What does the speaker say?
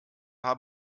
habe